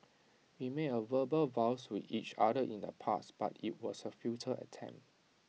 we made A verbal vows to each other in the past but IT was A futile attempt